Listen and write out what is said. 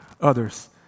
others